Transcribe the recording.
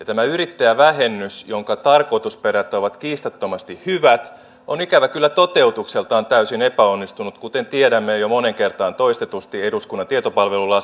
tämä yrittäjävähennys jonka tarkoitusperät ovat kiistattomasti hyvät on ikävä kyllä toteutukseltaan täysin epäonnistunut kuten tiedämme jo jo moneen kertaan toistetusti eduskunnan tietopalvelun